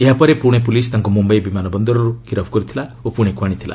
ଏହା ପରେ ପୁଣେ ପୁଲିସ୍ ତାଙ୍କୁ ମୁମ୍ବାଇ ବିମାନ ବନ୍ଦରରୁ ଗିରଫ୍ କରିଥିଲା ଓ ପୁଣେକୁ ଆଣିଥିଲା